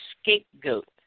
scapegoat